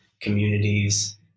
communities